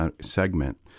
segment